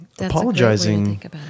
apologizing